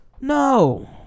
No